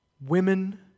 women